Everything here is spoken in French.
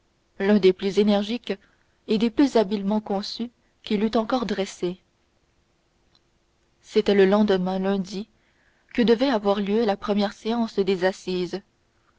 l'un des plus énergiques et des plus habilement conçus qu'il eût encore dressés c'était le lendemain lundi que devait avoir lieu la première séance des assises